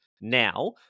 now